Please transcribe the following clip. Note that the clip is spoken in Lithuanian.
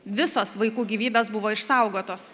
visos vaikų gyvybės buvo išsaugotos